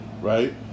right